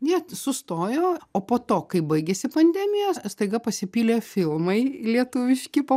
jie sustojo o po to kai baigėsi pandemijos staiga pasipylė filmai lietuviški po